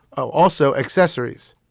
also, accessories.